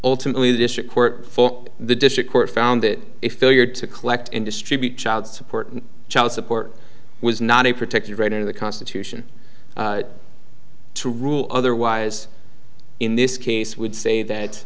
ultimately the district court for the district court found it a failure to collect and distribute child support and child support was not a protected right in the constitution to rule otherwise in this case would say that